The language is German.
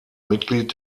mitglied